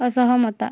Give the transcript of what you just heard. ଅସହମତ